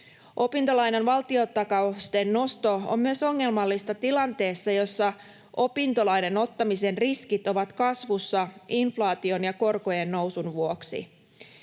Opintolainan valtiontakausten nosto on ongelmallista myös tilanteessa, jossa opintolainan ottamisen riskit ovat kasvussa inflaation ja korkojen nousun vuoksi.